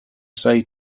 say